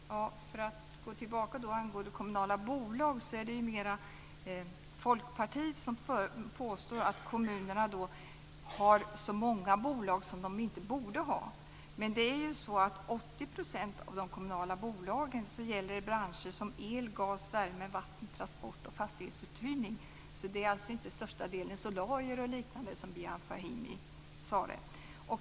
Fru talman! För att gå tillbaka till frågan om kommunala bolag påstår Folkpartiet att kommunerna har så många bolag som de inte borde ha. Men 80 % Det är alltså inte till största delen solarier och sådant, som Bijan Fahimi sade.